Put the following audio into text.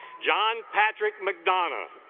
john patrick mcdonough